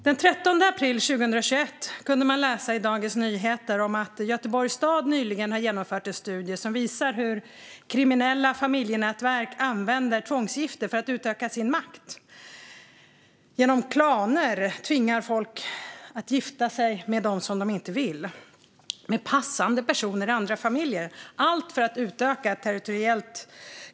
Den 13 april 2021 kunde man läsa i Dagens Nyheter om att Göteborgs stad nyligen har genomfört en studie som visar hur kriminella familjenätverk använder tvångsgifte för att utöka sin makt. Klaner tvingar folk att gifta sig med personer de inte vill gifta sig med - passande personer i andra familjer. Allt handlar om att utöka klanens territorium.